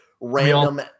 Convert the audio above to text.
random